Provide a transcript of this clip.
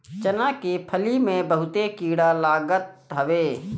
चना के फली में बहुते कीड़ा लागत हवे